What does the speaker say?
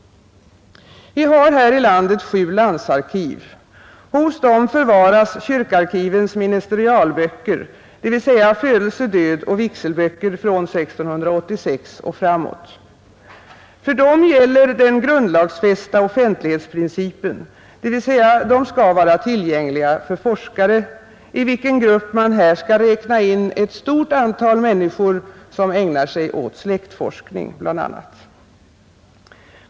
Vi har här i landet sju landsarkiv. Hos dem förvaras kyrkoarkivens ministerialböcker, dvs. födelse-, dödoch vigselböcker från 1686 och framåt. För dessa gäller den grundlagsfästa offentlighets principen, dvs. de skall vara tillgängliga för forskare, i vilken grupp man här skall räkna in ett stort antal människor som ägnar sig åt släktforskning.